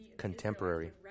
contemporary